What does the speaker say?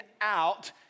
out